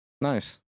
Nice